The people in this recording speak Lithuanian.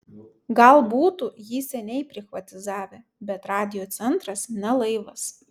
gal būtų jį seniai prichvatizavę bet radijo centras ne laivas